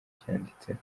cyanditseho